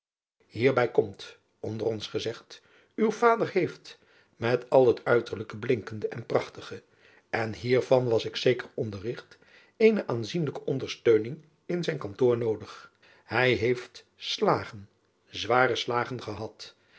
bij komt onder ons gezegd uw vader heeft met al het uiterlijke blinkende en prachtige en hiervan was ik zeker onderrigt eene aanzienlijke ondersteuning in zijn kantoor noodig ij heeft slagen zware slagen gehad